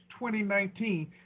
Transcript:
2019